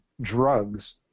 drugs